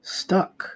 stuck